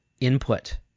input